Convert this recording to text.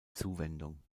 zuwendung